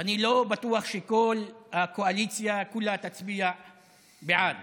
אני לא בטוח שכל הקואליציה כולה תצביע בעד,